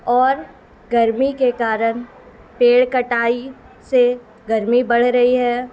اور گرمی کے کارن پیڑ کٹائی سے گرمی بڑھ رہی ہے